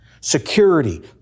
Security